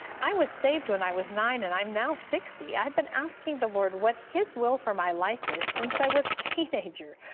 i was saved when i was nine, and i'm now sixty. i've been asking the lord what his will for my life is since i was a teenager.